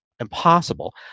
impossible